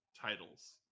titles